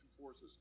forces